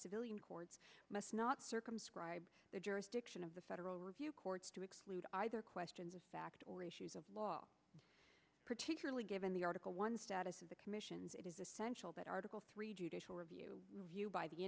civilian courts must not circumscribe the jurisdiction of the federal review courts to exclude either questions of fact or issues of law particularly given the article one status of the commissions it is essential that article three judicial review review by the